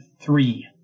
three